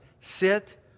sit